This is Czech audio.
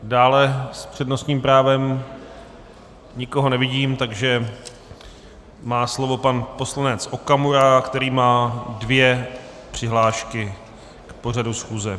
Dále s přednostním právem nikoho nevidím, takže má slovo pan poslanec Okamura, který má dvě přihlášky k pořadu schůze.